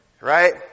right